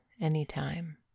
anytime